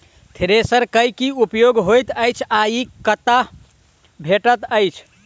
Thresher केँ की उपयोग होइत अछि आ ई कतह भेटइत अछि?